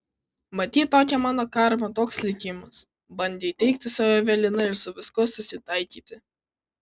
matyt tokia mano karma toks likimas bandė įteigti sau evelina ir su viskuo susitaikyti